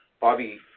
Bobby